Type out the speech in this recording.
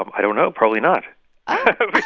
i don't know. probably not oh